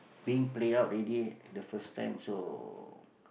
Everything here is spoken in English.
being played out already the first time so